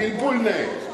פלפול נאה.